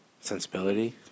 Sensibility